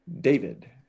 David